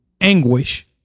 anguish